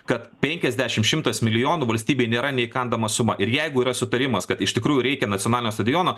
kad penkiasdešim šimtas milijonų valstybei nėra neįkandama suma ir jeigu yra sutarimas kad iš tikrųjų reikia nacionalinio stadiono